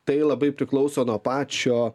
tai labai priklauso nuo pačio